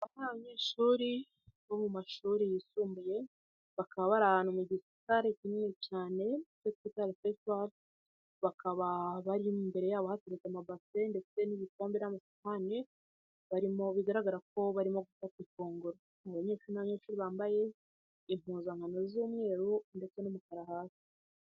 Aba ni abanyeshuri bo mu mashuri yisumbuye bakaba bari ahantu mu gisare kinini cyane icyo twita refegitwari bakaba bari imbere yabo hateretse amabase ndetse n'ibikombe, n'masahani barimo bigaragara ko barimo gufata ifunguro. Aba banyeshuri ni abanyshuri bambaye impuzankano z'umweru ndetse n'umukarasi.